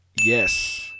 Yes